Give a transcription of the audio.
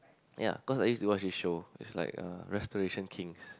ya cause I used to watch this show is like uh restoration kings